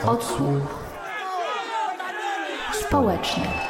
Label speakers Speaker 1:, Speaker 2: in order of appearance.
Speaker 1: Odsłuch. Społeczny.